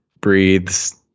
breathes